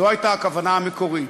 זו הייתה הכוונה המקורית.